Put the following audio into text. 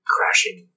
Crashing